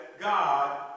God